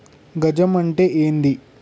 గజం అంటే ఏంది?